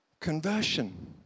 conversion